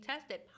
tested